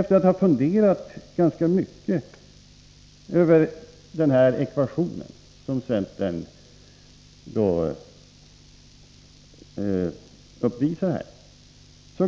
Efter att ha funderat ganska mycket över centerns ekvation,